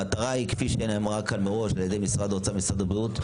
המטרה היא כפי שנאמרה כאן מראש על ידי משרד האוצר ומשרד הבריאות,